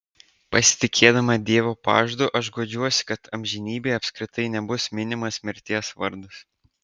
pasitikėdama dievo pažadu aš guodžiuosi kad amžinybėje apskritai nebus minimas mirties vardas